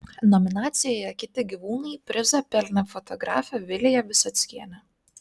nominacijoje kiti gyvūnai prizą pelnė fotografė vilija visockienė